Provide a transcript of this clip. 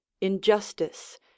injustice